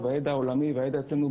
אבל מתוך ילדים והורים שטיפלתי ונחשפתי,